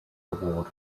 award